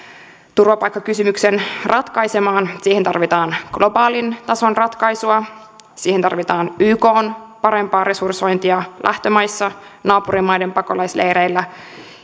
turvapaikkakysymyksen ratkaisemaan siihen tarvitaan globaalin tason ratkaisua siihen tarvitaan ykn parempaa resursointia lähtömaissa naapurimaiden pakolaisleireillä